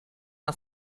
una